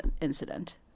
incident